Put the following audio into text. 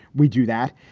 we do that.